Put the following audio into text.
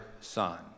son